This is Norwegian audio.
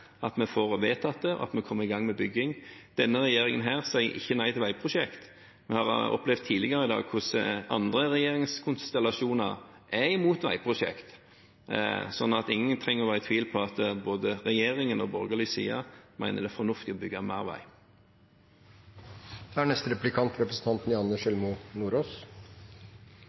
at vi får vedtatt det, og at vi kommer i gang med bygging. Denne regjeringen sier ikke nei til veiprosjekt. Vi har opplevd tidligere i dag at andre regjeringskonstellasjoner er imot veiprosjekt, men ingen trenger å være tvil om at regjeringen og borgerlig side mener det er fornuftig å bygge mer vei. Det er